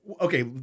Okay